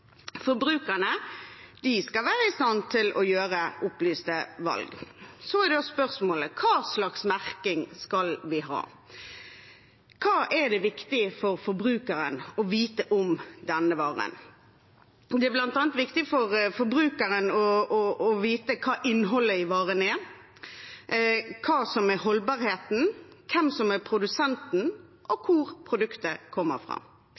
forbrukerne vet hva de kjøper. Forbrukerne skal være i stand til å gjøre opplyste valg. Så er spørsmålet: Hva slags merking skal vi ha? Hva er det viktig for forbrukeren å vite om denne varen? Det er bl.a. viktig for forbrukeren å vite hva innholdet i varen er, holdbarheten, hvem som er produsenten, og hvor produktet kommer fra.